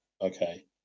okay